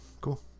Cool